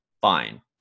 fine